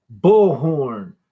Bullhorn